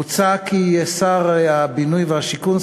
מוצע כי שר הבינוי והשיכון,